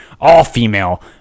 all-female